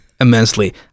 immensely